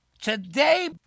Today